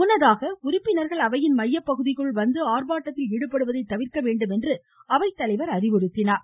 முன்னதாக உறுப்பினர்கள் அவையின் மையப் பகுதிக்குள் வந்து ஆர்ப்பாட்டத்தில் ஈடுபடுவதை தவிர்க்க வேண்டும் என்று அவை தலைவர் அறிவுறுத்தினார்